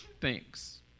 Thanks